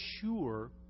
sure